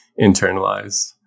internalized